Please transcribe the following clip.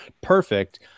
perfect